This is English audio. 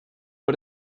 but